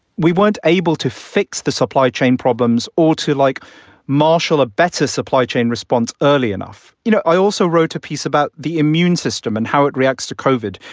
we weren't able to fix the supply chain problems or to like marshall, a better supply chain response early enough. you know, i also wrote a piece about the immune system and how it reacts to covid.